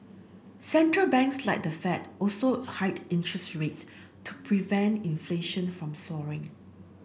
central banks like the Fed also hiked interest rates to prevent inflation from soaring